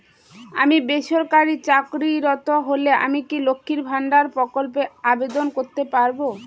আমি বেসরকারি চাকরিরত হলে আমি কি লক্ষীর ভান্ডার প্রকল্পে আবেদন করতে পারব?